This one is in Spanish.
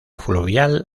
fluvial